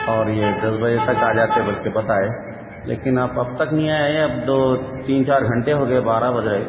اور یہ دس بجے تک آ جاتے بول کے بتائے لیکن آپ اب تک نہیں آئے اب دو تین چار گھنٹے ہو گئے بارہ بج رہے